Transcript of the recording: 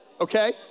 okay